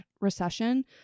recession